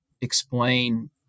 explain